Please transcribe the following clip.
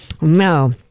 No